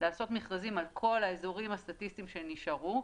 לעשות מכרזים על כל האזורים הסטטיסטיים שנשארו,